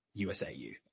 USAU